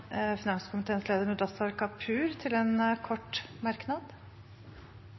finanskomiteens leder, representanten Mudassar Kapur, til en kort merknad,